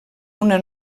una